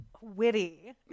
witty